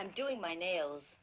i'm doing my nails